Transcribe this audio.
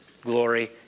glory